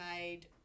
made